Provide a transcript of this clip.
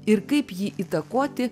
ir kaip jį įtakoti